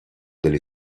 delle